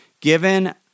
given